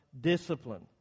discipline